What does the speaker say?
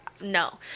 no